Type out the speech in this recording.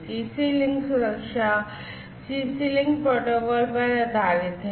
CC link सुरक्षा CC link protocol पर आधारित है